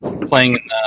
playing